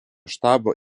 štabo